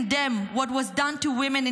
those who falsely claim the title of "feminists".